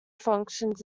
functions